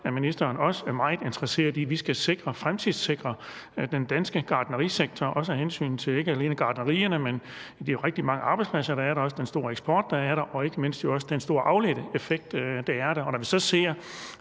at ministeren er meget interesseret i, at vi skal fremtidssikre den danske gartnerisektor, ikke alene af hensyn til gartnerierne, men det er jo også rigtig mange arbejdspladser, der er der, og den store eksport, der er der, og ikke mindst også den store afledte effekt, der er der, og når vi så ser,